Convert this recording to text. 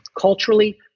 Culturally